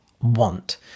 want